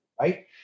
right